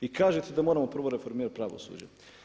I kažete da moramo prvi reformirati pravosuđe.